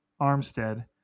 Armstead